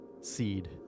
seed